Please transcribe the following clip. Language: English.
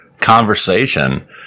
conversation